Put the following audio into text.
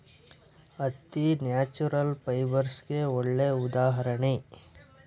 ಹತ್ತಿ ನ್ಯಾಚುರಲ್ ಫೈಬರ್ಸ್ಗೆಗೆ ಒಳ್ಳೆ ಉದಾಹರಣೆ